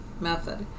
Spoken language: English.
method